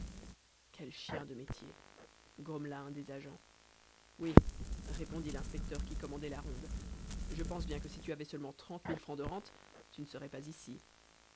quel chien de métier grommela un des agents oui répondit l'inspecteur qui commandait la ronde je pense bien que si tu avais seulement trente mille francs de rentes tu ne serais pas ici